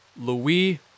Louis